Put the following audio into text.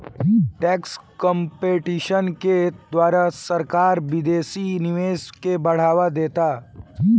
tax competition के द्वारा सरकार विदेशी निवेश के बढ़ावा देता